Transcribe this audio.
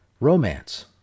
romance